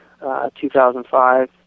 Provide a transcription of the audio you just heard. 2005